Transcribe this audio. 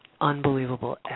unbelievable